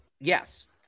yes